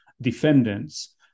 defendants